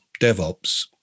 DevOps